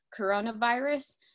coronavirus